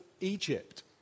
Egypt